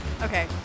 Okay